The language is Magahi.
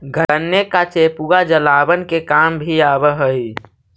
गन्ने का चेपुआ जलावन के काम भी आवा हई